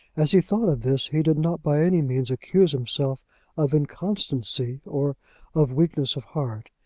as he thought of this he did not by any means accuse himself of inconstancy or of weakness of heart.